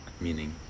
meaning